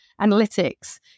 analytics